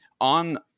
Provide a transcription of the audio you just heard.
on